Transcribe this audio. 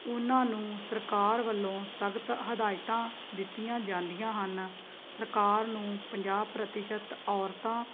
ਉਹਨਾਂ ਨੂੰ ਸਰਕਾਰ ਵੱਲੋਂ ਸਖ਼ਤ ਹਦਾਇਤਾਂ ਦਿੱਤੀਆਂ ਜਾਂਦੀਆਂ ਹਨ ਸਰਕਾਰ ਨੂੰ ਪੰਜਾਹ ਪ੍ਰਤੀਸ਼ਤ ਔਰਤਾਂ